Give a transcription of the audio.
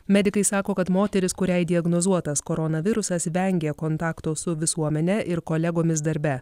medikai sako kad moteris kuriai diagnozuotas koronavirusas vengė kontakto su visuomene ir kolegomis darbe